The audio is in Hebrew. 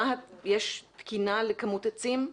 יש תקינה לכמות עצים?